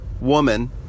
woman